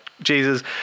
Jesus